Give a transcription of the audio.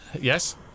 yes